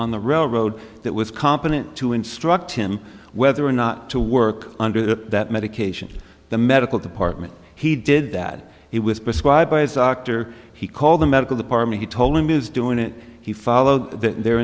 on the railroad that was competent to instruct him whether or not to work under that medication the medical department he did that he was prescribed by as an actor he called the medical department he told him it was doing it he followed their